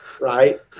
right